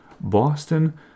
Boston